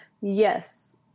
Yes